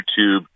YouTube